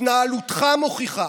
התנהלותך מוכיחה